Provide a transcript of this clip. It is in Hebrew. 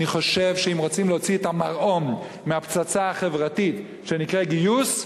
אני חושב שאם רוצים להוציא את המרעום מהפצצה החברתית שנקראת גיוס,